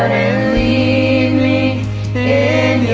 a a